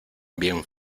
bien